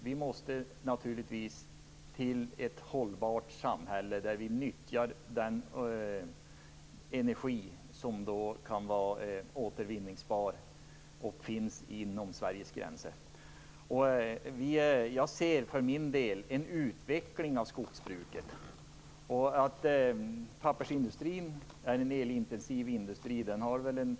Vi måste naturligtvis få ett hållbart samhälle där vi nyttjar den energi som kan vara återvinningsbar och som finns inom Sveriges gränser. Jag ser för min del en utveckling av skogsbruket. Pappersindustrin är en elintensiv industri.